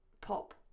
Pop